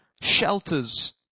shelters